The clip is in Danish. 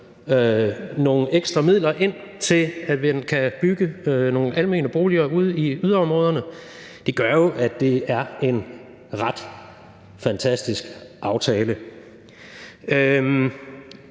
nogle ekstra midler ind til, at man kan bygge nogle almene boliger ude i yderområderne, gør jo, at det er en ret fantastisk aftale.